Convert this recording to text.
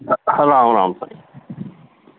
हा राम राम साईं